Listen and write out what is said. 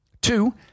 Two